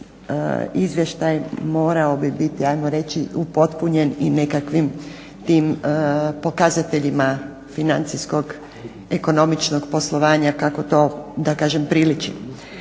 izvještaj morao bi biti hajmo reći upotpunjen i nekakvim tim pokazateljima financijskog ekonomičnog poslovanja kako da kažem priliči.